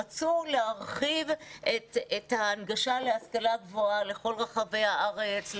רצו להרחיב את ההנגשה להשכלה הגבוהה לכל רחבי הארץ,